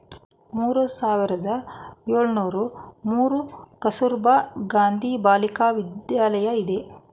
ಮೂರು ಸಾವಿರದ ಏಳುನೂರು ಮೂರು ಕಸ್ತೂರಬಾ ಗಾಂಧಿ ಬಾಲಿಕ ವಿದ್ಯಾಲಯ ಇದೆ